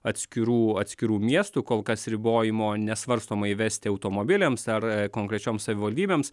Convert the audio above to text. atskirų atskirų miestų kol kas ribojimo nesvarstoma įvesti automobiliams ar konkrečioms savivaldybėms